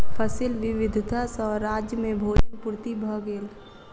फसिल विविधता सॅ राज्य में भोजन पूर्ति भ गेल